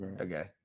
okay